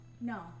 No